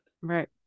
Right